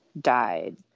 died